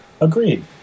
agreed